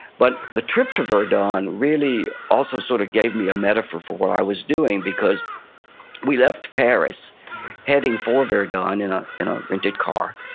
but the trip to verdun really also sort of gave me a metaphor for what i was doing, because we left paris heading for verdun in ah in a rented car.